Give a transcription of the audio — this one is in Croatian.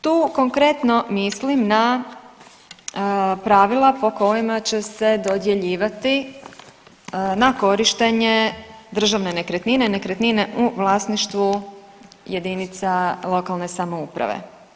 Tu konkretno mislim na pravila po kojima će se dodjeljivati na korištenje državne nekretnine, nekretnine u vlasništvu jedinica lokalne samouprave.